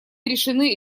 решены